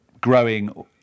growing